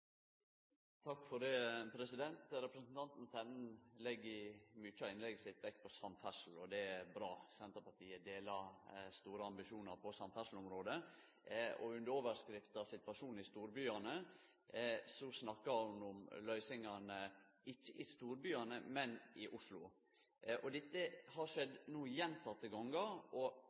Representanten Tenden legg i mykje av innlegget sitt vekt på samferdsel, og det er bra. Senterpartiet deler store ambisjonar på samferdselsområdet, og under overskrifta situasjonen i storbyane snakkar ho om løysingane – ikkje i storbyane, men i Oslo. Dette har skjedd